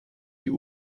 die